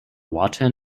wotton